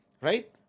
Right